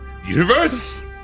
universe